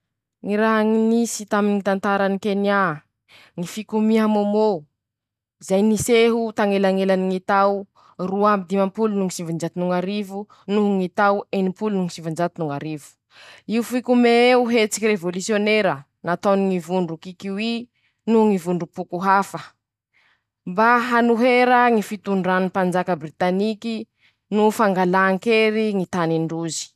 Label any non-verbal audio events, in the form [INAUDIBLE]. Ñy raha nisy taminy ñy tantarany Kenia: ñy fikomiha mômô, zay niseho [SHUSHES] tañelañelany ñy tao roa amby dimampolo no ñy sivanjato ñ'arivo noho ñy tao enimpolo no sivanjato no ñ'arivo, io fikomea eo hetsiky revôlisiônera nataony ñy vondro kikioy, no ñy vondrompoko hafa, mba hanohera ñy fitondrany panjaka britaniky no fangalà ankeriny ñy tany ndrozy.